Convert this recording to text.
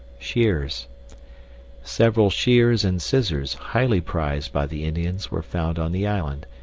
shears several shears and scissors, highly prized by the indians, were found on the island.